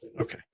Okay